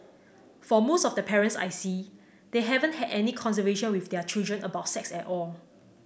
for most of the parents I see they haven't had any conversation with their children about sex at all